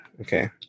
Okay